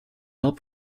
help